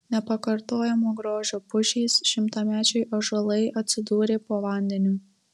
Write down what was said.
nepakartojamo grožio pušys šimtamečiai ąžuolai atsidūrė po vandeniu